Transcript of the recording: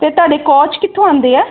ਅਤੇ ਤੁਹਾਡੇ ਕੋਚ ਕਿੱਥੋਂ ਆਉਂਦੇ ਹੈ